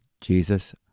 Jesus